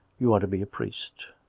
you are to be a priest.